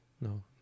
no